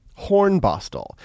Hornbostel